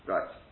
Right